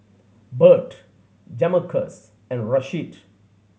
Bert Jamarcus and Rasheed